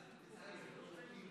תם סדר-היום.